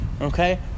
Okay